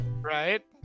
Right